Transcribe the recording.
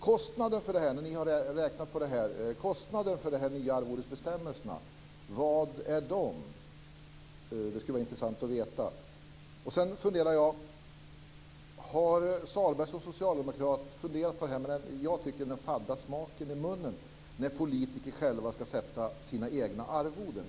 När ni har räknat på det här, vad har ni kommit fram till att kostnaden är för de nya arvodesbestämmelserna? Det skulle vara intressant att veta. Har Sahlberg som socialdemokrat funderat på det här med den fadda smaken i munnen, som i alla fall jag får när politiker själva ska sätta sina egna arvoden?